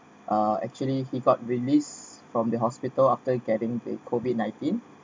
uh actually he got released from the hospital after getting a COVID nineteen